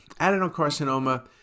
Adenocarcinoma